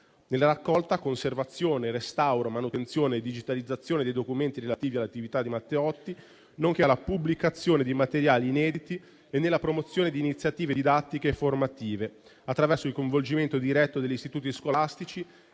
nella raccolta, nella conservazione, nel restauro, nella manutenzione e nella digitalizzazione dei documenti relativi all'attività di Matteotti, nonché nella pubblicazione di materiali inediti e nella promozione di iniziative didattiche e formative, attraverso il coinvolgimento diretto degli istituti scolastici